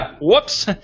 Whoops